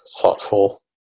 thoughtful